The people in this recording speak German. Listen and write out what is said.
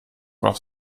aufs